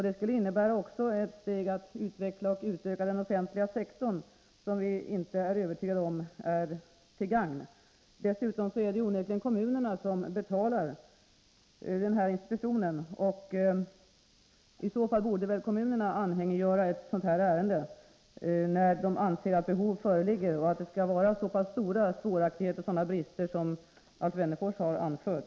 Det skulle också innebära ett steg mot att utveckla och utöka den offentliga sektorn, vilket vi inte är övertygade om är till gagn. Dessutom är det onekligen kommunerna som betalar den här institutionen, och det borde vara kommunernas sak att anhängiggöra ett sådant här ärende när de anser att behov föreligger, om det skulle förekomma så pass stora svårigheter och sådana brister som Alf Wennerfors har anfört.